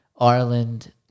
Ireland